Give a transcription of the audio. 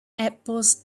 apples